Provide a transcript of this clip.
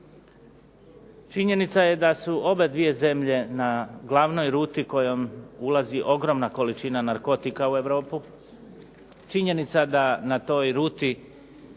Činjenica je da su obje zemlje na glavnoj ruti kojom ulazi ogromna količina narkotika u Europu, činjenica da na toj ruti